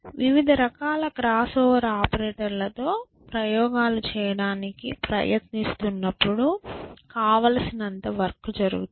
వివిధ రకాల cross over ఆపరేటర్లతో ప్రయోగాలు చేయడానికి ప్రయత్నిస్తున్నప్పుడు కావలిసినంత వర్క్ జరుగుతుంది